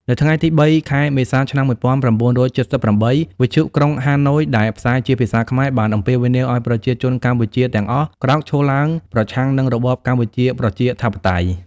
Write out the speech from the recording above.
នៅថ្ងៃទី ៣ ខែមេសា ឆ្នាំ ១៩៧៨ វិទ្យុក្រុងហាណូយដែលផ្សាយជាភាសាខ្មែរបានអំពាវនាវឱ្យប្រជាជនកម្ពុជាទាំងអស់ក្រោកឈរឡើងប្រឆាំងនឹងរបបកម្ពុជាប្រជាធិបតេយ្យ។